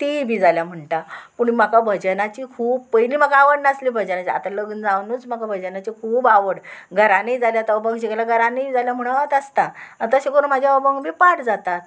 तीय बी जाल्या म्हणटा पूण म्हाका भजनाची खूब पयलीं म्हाका आवड नासली भजनाची आतां लग्न जावनूच म्हाका भजनाची खूब आवड घरानय जाल्या आतां अभोंग शिको घरानय जाल्या म्हणत आसता आनी तशें करून म्हाज्या अभंग बी पाट जातात